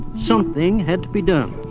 something had to be done.